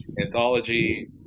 anthology